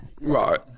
right